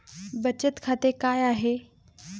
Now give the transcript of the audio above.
बचत खाते काय आहे?